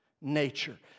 nature